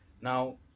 Now